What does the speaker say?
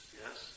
yes